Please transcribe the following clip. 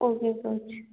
okay coach